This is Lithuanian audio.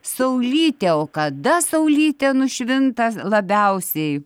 saulytė o kada saulytė nušvinta labiausiai